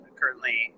currently